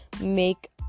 make